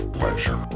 pleasure